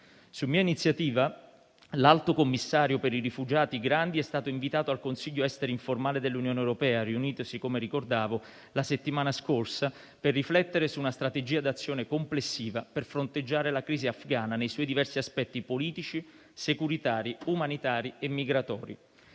Su mia iniziativa, l'alto commissario delle Nazioni Unite per i rifugiati Grandi è stato invitato al Consiglio esteri informale dell'Unione europea, riunitosi, come ricordavo, la settimana scorsa per riflettere su una strategia d'azione complessiva per fronteggiare la crisi afghana nei suoi diversi aspetti politici, securitari, umanitari e migratori.